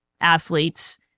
athletes